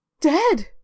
dead